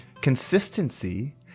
Consistency